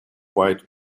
white